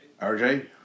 RJ